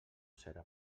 serà